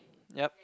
yep